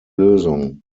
lösung